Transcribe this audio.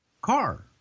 car